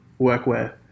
workwear